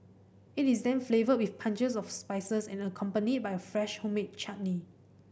it is then flavoured with punches of spices and accompanied by a fresh homemade chutney